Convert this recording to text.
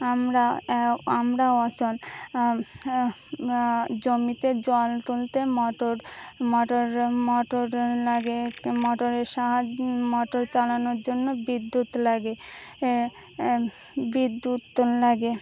আমরা আমরা অচল জমিতে জল তুলতে মটর মটর মটর লাগে মটরের সাহায্য মটর চালানোর জন্য বিদ্যুৎ লাগে বিদ্যুৎ লাগে